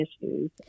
issues